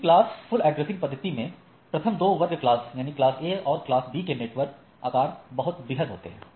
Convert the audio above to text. इन classful addressing पद्धति में प्रथम दो वर्ग क्लास A और क्लास B के नेटवर्क आकार बहुत वृहद होते हैं